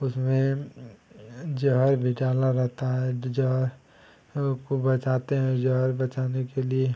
उसमें ज़हर भी डालना होता है ज़हर को बचाते हैं ज़हर बचाने के लिए